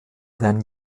then